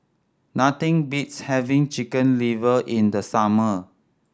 nothing beats having Chicken Liver in the summer